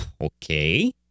Okay